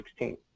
2016